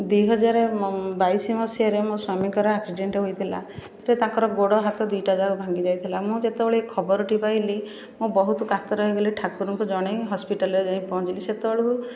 ଦୁଇହଜାର ବାଇଶ ମସିହାରେ ମୋ ସ୍ୱାମୀଙ୍କର ଆକ୍ସିଡ଼େଣ୍ଟ ହୋଇଥିଲା ସେଥିରେ ତାଙ୍କର ଗୋଡ଼ ହାତ ଦୁଇଟା ଯାକ ଭାଙ୍ଗିଯାଇଥିଲା ମୁଁ ଯେତେବେଳେ ଏ ଖବରଟି ପାଇଲି ମୁଁ ବହୁତ କାତର ହେଇଗଲି ଠାକୁରଙ୍କୁ ଜଣେଇ ହସ୍ପିଟାଲରେ ଯାଇ ପହଞ୍ଚିଲି ସେତେବେଳକୁ